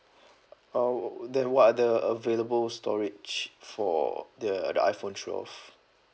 uh then what are the available storage for the the iphone twelve